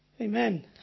Amen